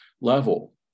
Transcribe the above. level